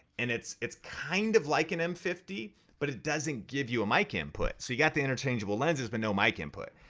and it's it's kind of like an m fifty but it doesn't give you a mic input. so you got the interchangeable lenses but no mic input.